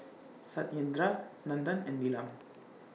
Satyendra Nandan and Neelam